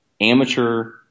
amateur